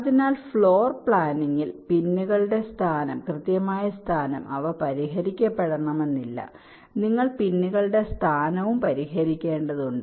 അതിനാൽ ഫ്ലോർ പ്ലാനിങ്ങിൽ പിന്നുകളുടെ കൃത്യമായ സ്ഥാനം അവ പരിഹരിക്കപ്പെടണമെന്നില്ല നിങ്ങൾ പിന്നുകളുടെ സ്ഥാനവും പരിഹരിക്കേണ്ടതുണ്ട്